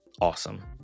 awesome